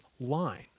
line